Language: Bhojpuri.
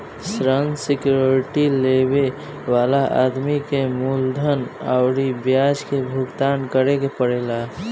ऋण सिक्योरिटी लेबे वाला आदमी के मूलधन अउरी ब्याज के भुगतान करे के पड़ेला